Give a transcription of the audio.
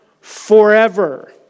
forever